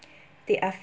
they are